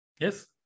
Yes